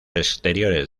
exteriores